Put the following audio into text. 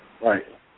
Right